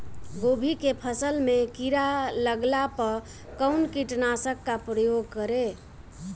गोभी के फसल मे किड़ा लागला पर कउन कीटनाशक का प्रयोग करे?